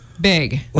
big